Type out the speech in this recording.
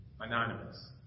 Anonymous